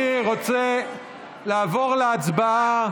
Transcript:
אני רוצה לעבור להצבעה.